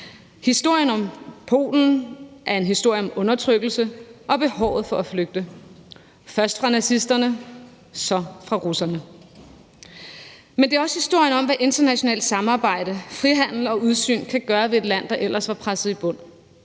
Historien om Polen er en historie om undertrykkelse og behovet for at flygte – først fra nazisterne og så fra russerne. Men det er også historien om, hvad internationalt samarbejde, frihandel og udsyn kan gøre ved et land, der ellers var presset i bund.